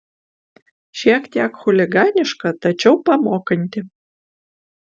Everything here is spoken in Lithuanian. šiek tiek chuliganiška tačiau pamokanti